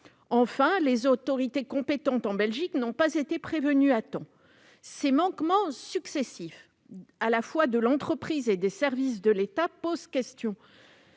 Enfin, les autorités compétentes en Belgique n'ont pas été prévenues à temps. Ces manquements successifs de l'entreprise et des services de l'État posent question.